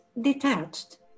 detached